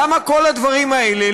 למה כל הדברים האלה?